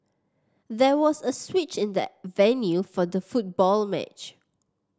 there was a switch in the venue for the football match